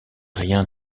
rien